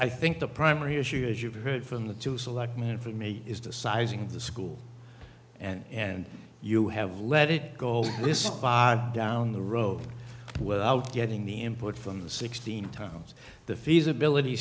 i think the primary issue as you've heard from the two select mean for me is the sizing of the school and and you have let it go this far down the road without getting the input from the sixteen times the feasibility